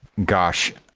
gosh!